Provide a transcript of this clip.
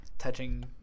touching